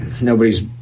nobody's